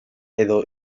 edo